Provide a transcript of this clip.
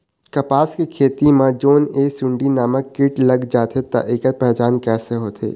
कपास के खेती मा जोन ये सुंडी नामक कीट लग जाथे ता ऐकर पहचान कैसे होथे?